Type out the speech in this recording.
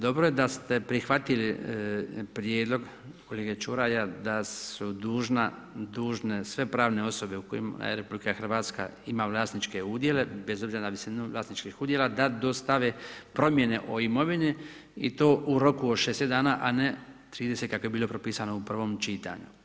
Dobro je, dobro je da ste prihvatili prijedlog kolege Čuraja, da su dužna, dužne sve pravne osobe u kojima je RH ima vlasničke udjele, bez obzira na visinu vlasničkih udjela da dostave promjene o imovini i to u roku od 60 dana, a ne 30 kako je bilo propisano u prvom čitanju.